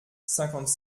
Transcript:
cinquante